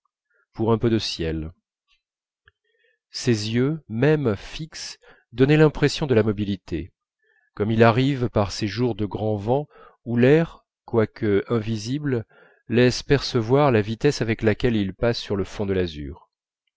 pour un peu de ciel ses yeux même fixes donnaient l'impression de la mobilité comme il arrive par ces jours de grand vent où l'air quoique invisible laisse percevoir la vitesse avec laquelle il passe sur le fond de l'azur